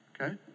Okay